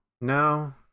No